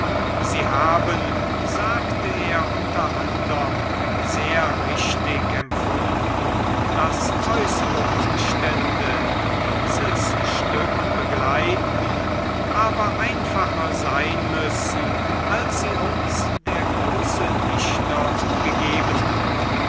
sie haben sagte er unter andern sehr richtig empfunden daß äußere umstände dieses stück begleiten aber einfacher sein müssen als sie uns der große dichter gegeben hat